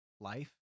life